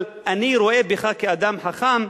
אני רואה בך אדם חכם,